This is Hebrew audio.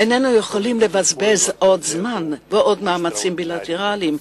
איננו יכולים לבזבז עוד זמן ועוד מאמצים בילטרליים,